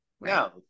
No